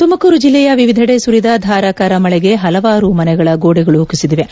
ತುಮಕೂರು ಜಿಲ್ಲೆಯ ವಿವಿಧೆಡೆ ಸುರಿದ ಧಾರಾಕಾರ ಮಳೆಗೆ ಹಲವಾರು ಮನೆಗಳ ಗೋಡೆಗಳು ಕುಸಿದಿವೆ